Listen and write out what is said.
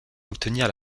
obtenir